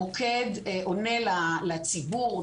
המוקד עונה לציבור,